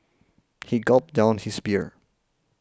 he gulped down his beer